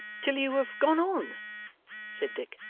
till you have gone on said dick.